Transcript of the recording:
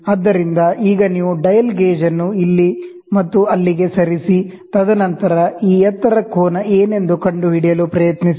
ಆದ್ದರಿಂದ ಈಗ ನೀವು ಡಯಲ್ ಗೇಜ್ ಅನ್ನು ಇಲ್ಲಿ ಮತ್ತು ಅಲ್ಲಿಗೆ ಸರಿಸಿ ತದನಂತರ ಈ ಎತ್ತರ ಕೋನ ಏನೆಂದು ಕಂಡುಹಿಡಿಯಲು ಪ್ರಯತ್ನಿಸಿ